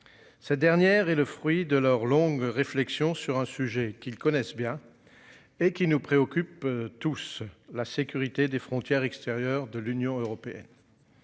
Cette dernière est le fruit de leur longue réflexion sur un sujet qu'ils connaissent bien. Et qui nous préoccupe tous, la sécurité des frontières extérieures de l'Union européenne.